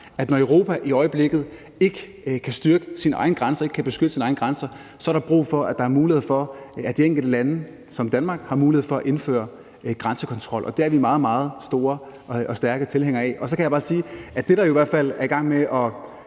at når Europa i øjeblikket ikke kan styrke sine egne grænser, ikke kan beskytte sine egne grænser, er der brug for, at der er mulighed for, at de enkelte lande, som Danmark, har mulighed for at indføre grænsekontrol, og det er vi meget, meget store og stærke tilhængere af. Så kan jeg bare sige, at det, der jo i hvert fald er i gang med at